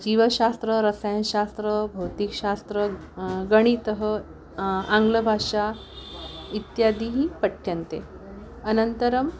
जीवशास्त्रं रसायनशास्त्रं भौतिक्शास्त्रं गणितम् आङ्ग्लभाषा इत्यादयः पठ्यन्ते अनन्तरम्